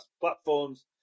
platforms